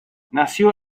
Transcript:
nació